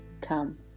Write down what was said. come